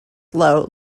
lowe